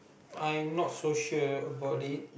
I not sure about it